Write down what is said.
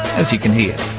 as you can hear.